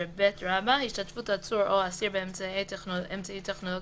השתתפות עצור או אסיר באמצעי טכנולוגי